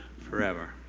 forever